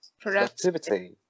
productivity